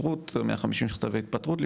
או 150מכתבי התפטרות,